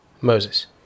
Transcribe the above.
Moses